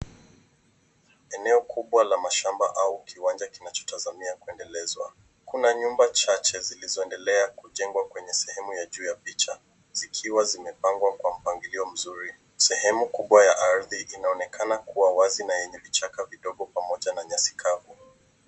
Eneo kubwa la mashamba au kiwanja kinachotazamia kuedelezwa. Kuna nyumba chache zilizoedelea kujengwa kwenye sehemu ya juu ya picha zikiwa zimepangwa kwa mpangilio mzuri. Sehemu kubwa ya ardhi inaonekana kuwa wazi na yenye vichaka vidogo pamoja na nyasi kavu.